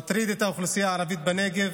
מטריד את האוכלוסייה הערבית בנגב,